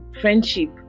friendship